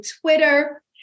Twitter